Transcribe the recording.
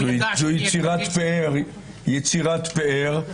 זאת יצירת פאר.